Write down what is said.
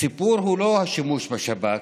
הסיפור הוא לא השימוש בשב"כ,